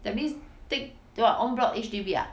that means take their own block H_D_B ah